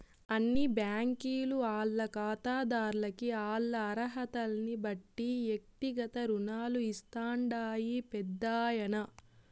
అన్ని బ్యాంకీలు ఆల్ల కాతాదార్లకి ఆల్ల అరహతల్నిబట్టి ఎక్తిగత రుణాలు ఇస్తాండాయి పెద్దాయనా